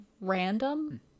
random